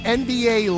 nba